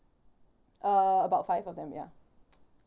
uh about five of them ya